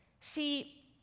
See